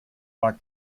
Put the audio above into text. war